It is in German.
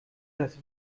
das